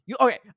Okay